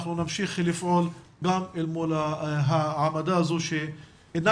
אנחנו נמשיך לפעול גם אל מול העמדה הזו שאינה